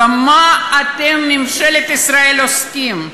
במה אתם, ממשלת ישראל, עוסקים,